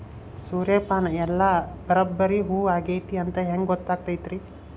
ಸೂರ್ಯಪಾನ ಎಲ್ಲ ಬರಬ್ಬರಿ ಹೂ ಆಗೈತಿ ಅಂತ ಹೆಂಗ್ ಗೊತ್ತಾಗತೈತ್ರಿ?